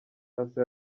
cassa